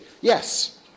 yes